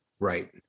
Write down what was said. Right